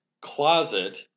closet